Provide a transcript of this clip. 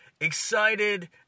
excited